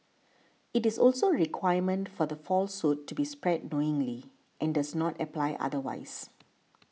it is also a requirement for the falsehood to be spread knowingly and does not apply otherwise